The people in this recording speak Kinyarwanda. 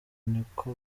niko